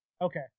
Okay